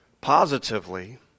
positively